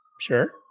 Sure